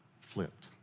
flipped